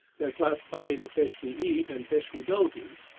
they're classified into fish we eat and fish we don't eat!